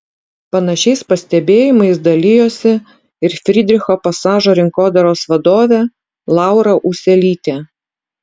panašiais pastebėjimais dalijosi ir frydricho pasažo rinkodaros vadovė laura ūselytė